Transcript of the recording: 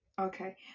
Okay